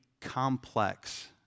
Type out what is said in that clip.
complex